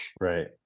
Right